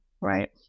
right